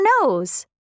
nose